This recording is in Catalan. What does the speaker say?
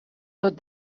tot